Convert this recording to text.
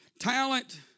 talent